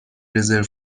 رزرو